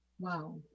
Wow